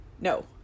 no